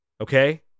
Okay